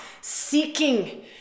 seeking